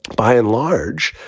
by and large,